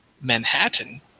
Manhattan